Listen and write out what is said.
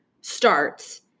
starts